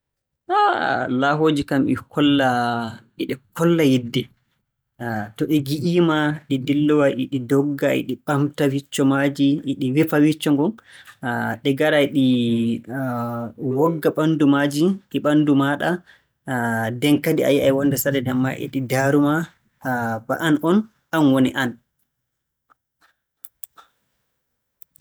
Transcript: mi wona suka haa ngeen- haa timmoode ngeendam, walla mi wona mawɗo haa timmoode ngeendam am. Sukaaku naa a y'ii, e ɗum weli, ammaa sukaaku naa a yi'i, ɗum welaa, ngam Allah fiiji ɗuuɗɗi a anndaaɗi. Ndikka mo wona dow mawɗo on, haala donngal non, hannde mi ywanee nga'al, jaango mi rootira-ngal, e ko nanndi non, walaa ko saɗata. Accu sukaaku ɗumɗon.